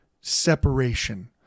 separation